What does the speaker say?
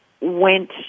Went